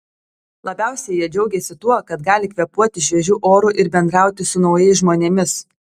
labiausiai jie džiaugėsi tuo kad gali kvėpuoti šviežiu oru ir bendrauti su naujais žmonėmis